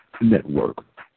Network